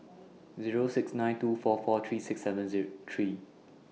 Zero six nine two four four three six seven three